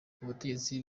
ubutegetsi